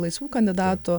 laisvų kandidatų